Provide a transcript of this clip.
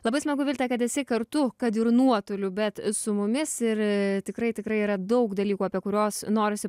labai smagu vilte kad esi kartu kad ir nuotoliu bet su mumis ir tikrai tikrai yra daug dalykų apie kuriuos norisi